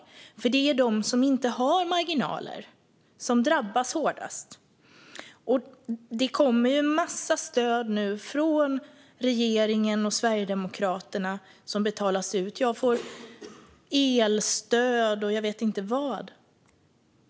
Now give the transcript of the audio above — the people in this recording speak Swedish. Det är nämligen de som inte har några marginaler som drabbas hårdast. Det kommer massor av stöd nu från regeringen och Sverigedemokraterna. Jag får elstöd och jag vet inte vad.